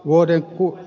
voisiko ed